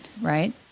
right